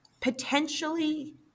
Potentially